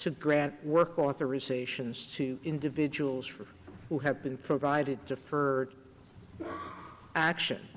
to grant work authorization to individuals from who have been provided to for action